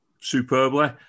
superbly